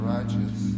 Righteous